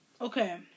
Okay